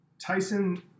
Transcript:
Tyson